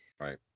Right